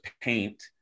paint